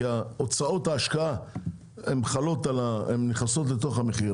כי הוצאות ההשקעה נכנסות לתוך המחיר,